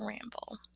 ramble